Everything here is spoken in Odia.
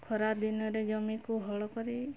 ଖରାଦିନରେ ଜମିକୁ ହଳକରି